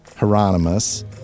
Hieronymus